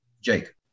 Jake